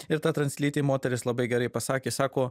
ir ta translytė moteris labai gerai pasakė sako